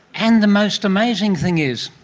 and the most amazing thing is,